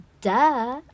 Duh